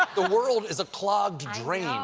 the world is a clogged drain.